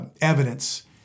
evidence